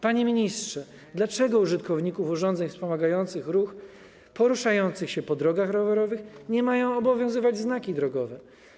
Panie ministrze, dlaczego użytkowników urządzeń wspomagających ruch poruszających się po drogach rowerowych nie mają obowiązywać znaki drogowe?